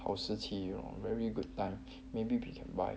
好时期 you know very good time maybe we can buy